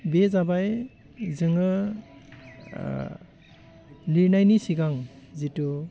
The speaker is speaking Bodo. बेयो जाबाय जोङो लिरनायनि सिगां जिथु